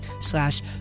slash